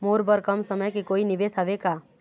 मोर बर कम समय के कोई निवेश हावे का?